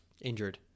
injured